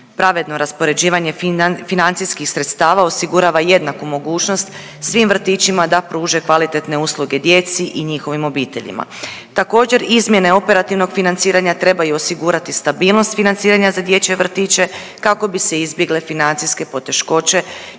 pravedno raspoređivanje financijskih sredstava osigurava jednaku mogućnost svim vrtićima da pruže kvalitetne usluge djeci i njihovim roditeljima. Također izmjene operativnog financiranja trebaju osigurati stabilnost financiranja za dječje vrtiće kako bi se izbjegle financijske poteškoće